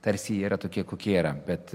tarsi jie yra tokie kokie yra bet